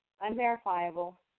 unverifiable